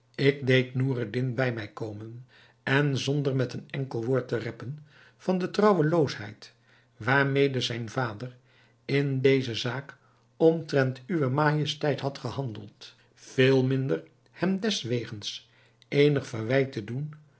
ik deed noureddin bij mij komen en zonder met een enkel woord te reppen van de trouweloosheid waarmede zijn vader in deze zaak omtrent uwe majesteit had gehandeld veel minder hem deswegens eenig verwijt te doen